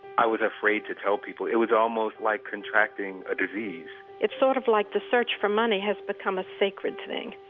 i was afraid to tell people. it was almost like contracting a disease it's sort of like the search for money has become a sacred thing,